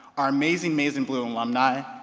our amazing, amazing blue alumni,